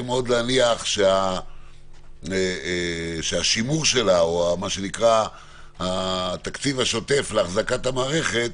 מאוד להניח שהשימור שלה או התקציב השוטף להחזקת המערכת